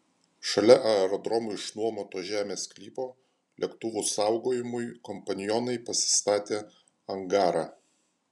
šalia aerodromui išnuomoto žemės sklypo lėktuvų saugojimui kompanionai pasistatė angarą